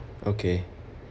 okay